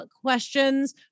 questions